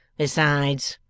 besides,